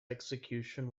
execution